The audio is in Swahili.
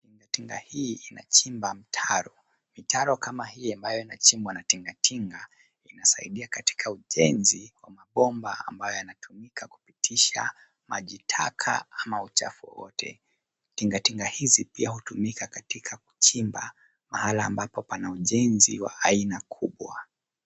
Tingatinga hii inachimba mtaro. Mitaro kama hii inachimbwa na tingatinga inasaidia katika ujenzi wa mabomba ambayo yanatumika kupitisha majitaka ama uchafu wowote. Tingatinga hizi pia hutumika katika kuchimba mahali ambapo pana ujenzi wa aina kubwa.